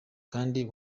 kandi